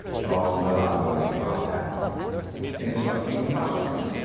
charles realized what was about to happen and it's like eighty cops out there.